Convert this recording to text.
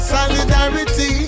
Solidarity